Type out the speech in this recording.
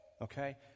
okay